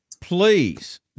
please